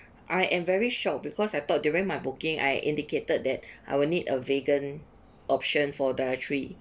I am very shocked because I thought during my booking I indicated that I will need a vegan option for dietary